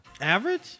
Average